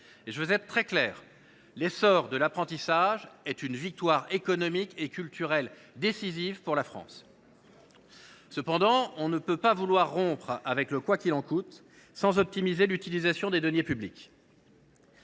Je serai très clair : l’essor de l’apprentissage est une victoire économique et culturelle décisive pour la France. Cependant, on ne peut pas vouloir rompre avec le « quoi qu’il en coûte » sans optimiser l’utilisation des deniers publics.